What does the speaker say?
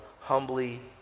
humbly